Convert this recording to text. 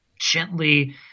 gently